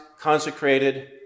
consecrated